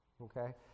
Okay